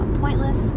pointless